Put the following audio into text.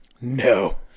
No